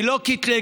היא לא קטלגה.